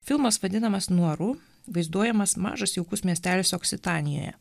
filmas vadinamas nuaru vaizduojamas mažas jaukus miestelis oksitanijoje